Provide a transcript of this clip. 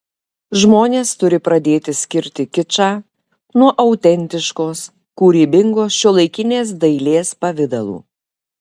žmonės turi pradėti skirti kičą nuo autentiškos kūrybingos šiuolaikinės dailės pavidalų